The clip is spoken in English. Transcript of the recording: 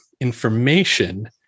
information